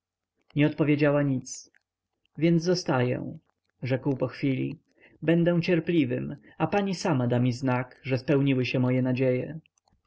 nie odpowiedziała nic więc zostaję rzekł po chwili będę cierpliwym a pani sama da mi znak że spełniły się moje nadzieje